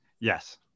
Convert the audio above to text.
Yes